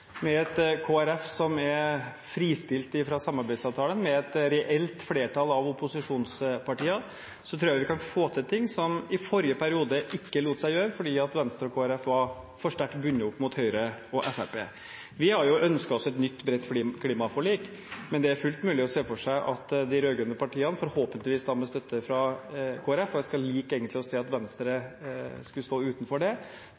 Med et Kristelig Folkeparti som er fristilt fra samarbeidsavtalen, med et reelt flertall av opposisjonspartier, så tror jeg vi kan få til ting som i forrige periode ikke lot seg gjøre fordi Venstre og Kristelig Folkeparti var for sterkt bundet opp mot Høyre og Fremskrittspartiet. Vi har ønsket oss et nytt bredt klimaforlik, men det er fullt mulig å se for seg at de rød-grønne partiene, forhåpentligvis da med støtte fra Kristelig Folkeparti – og jeg skulle likt å se Venstre stå utenfor det – tar initiativ som gjør at